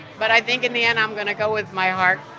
but i think in the end, i'm going to go with my heart.